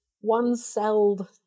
one-celled